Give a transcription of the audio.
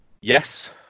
yes